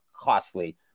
costly